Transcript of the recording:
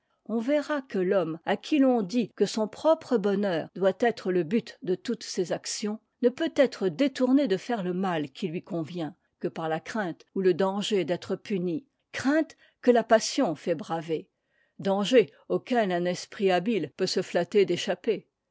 on verra que l'homme à qui l'on dit que son propre bonheur doit être le but de toutes ses actions ne peut être détourné de faire le mal qui lui convient que par la crainte ou le danger d'être puni crainte que la passion fait braver danger auquel un esprit habile peut se flatter d'échapper